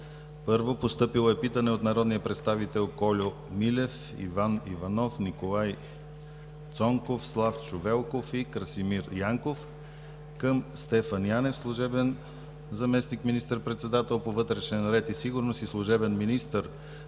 1. Постъпило е питане от народните представители Кольо Милев, Иван Иванов, Николай Цонков, Славчо Велков и Красимир Янков към Стефан Янев – служебен заместник министър-председател по вътрешен ред и сигурност и служебен министър